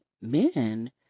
men